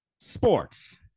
sports